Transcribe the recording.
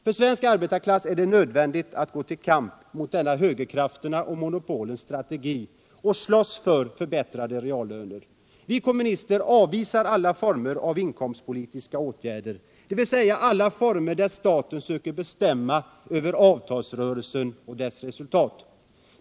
För svensk arbetarklass är det nödvändigt att gå till kamp mot denna högerkrafternas och monopolens strategi och att slåss för förbättrade reallöner. Vi kommunister avvisar alla former av inkomstpolitiska åtgärder, dvs. alla former där staten söker bestämma över avtalsrörelsen och dess resultat.